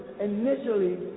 initially